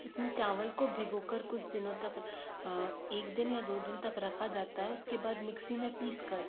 इसमें चावल को भिगो कर कुछ दिनों तक एक दिन या दो दिन तक रखा जाता है उसके बाद मिक्सी में पीसकर